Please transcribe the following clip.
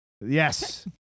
Yes